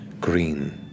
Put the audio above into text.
green